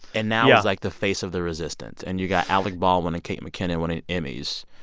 and now is, like, the face of the resistance? and you got alec baldwin and kate mckinnon winning emmys.